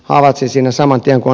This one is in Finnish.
havaitsi siinä samantien kun